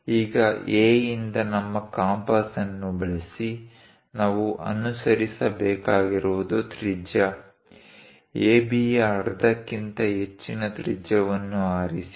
ಈಗ A ಯಿಂದ ನಮ್ಮ ಕಂಪಾಸ್ ಅನ್ನು ಬಳಸಿ ನಾವು ಆರಿಸಬೇಕಾಗಿರುವುದು ತ್ರಿಜ್ಯ ABಯ ಅರ್ಧಕ್ಕಿಂತ ಹೆಚ್ಚಿನ ತ್ರಿಜ್ಯವನ್ನು ಆರಿಸಿ